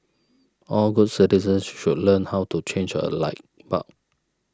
all good citizens should learn how to change a light bulb